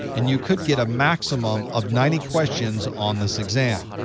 and you could get a maximum of ninety questions on this exam.